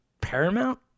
paramount